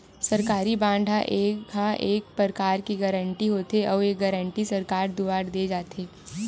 सरकारी बांड ह एक परकार के गारंटी होथे, अउ ये गारंटी सरकार दुवार देय जाथे